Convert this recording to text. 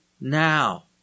now